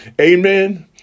Amen